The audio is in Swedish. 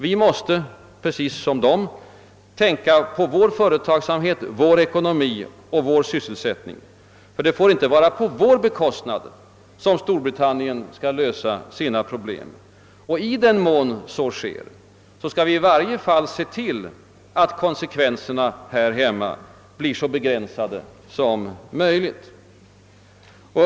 Vi måste precis som de tänka på vår företagsamhet, vår ekonomi och vår sysselsättning. Det får inte vara på vår bekostnad som Storbritannien löser sina problem. I den mån så sker, måste vi i varje fall se till att konsekvenserna här hemma blir så begränsade som möjligt.